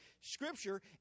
Scripture